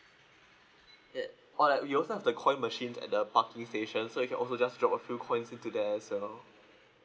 eh alright we also have the coin machine at the parking station so you also just drop a few coins into there as well